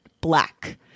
Black